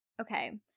Okay